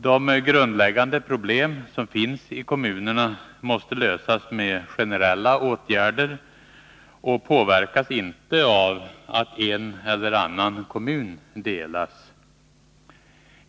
De grundläggande problem som finns i kommunerna måste lösas med generella åtgärder och påverkas inte av att en eller annan kommun delas.